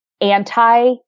anti